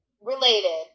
related